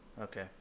Okay